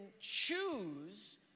choose